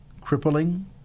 crippling